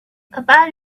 about